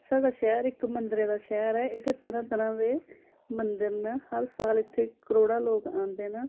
साढ़ा शैह्र इक मंदरें दा शैह्र ऐ इत्थै तरहां तरहां दे मंदर न हर साल इत्थै करोड़ां लोक आंदे न